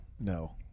No